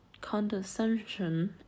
condescension